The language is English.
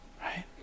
right